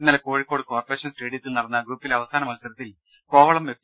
ഇന്നലെ കോഴിക്കോട് കോർപറേഷൻ സ്റ്റേഡിയത്തിൽ നടന്ന ഗ്രൂപ്പിലെ അവസാന മത്സരത്തിൽ കോവളം എഫ്